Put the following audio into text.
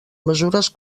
mesures